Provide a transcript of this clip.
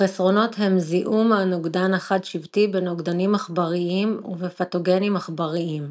החסרונות הם זיהום הנוגדן החד-שבטי בנוגדנים עכבריים ובפתוגנים עכבריים.